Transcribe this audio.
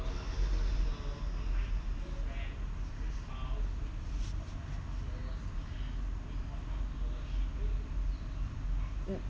mm